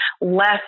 less